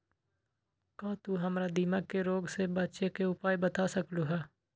का तू हमरा दीमक के रोग से बचे के उपाय बता सकलु ह?